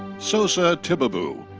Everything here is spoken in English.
sosna tibebu.